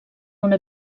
una